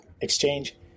exchange